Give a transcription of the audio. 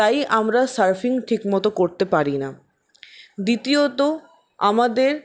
তাই আমরা সার্ফিং ঠিকমতো করতে পারি না দ্বিতীয়ত আমাদের